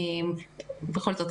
בכל זאת,